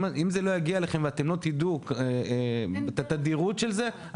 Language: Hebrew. אם זה לא יגיע אליכם ואתם לא תדעו את התדירות של זה,